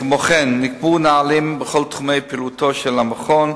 כמו כן, נקבעו נהלים בכל תחומי פעילותו של המכון.